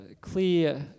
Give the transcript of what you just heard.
Clear